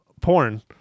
porn